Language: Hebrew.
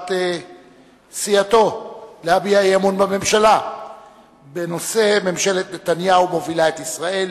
בקשת סיעתו להביע אי-אמון בממשלה בנושא: ממשלת נתניהו מובילה את ישראל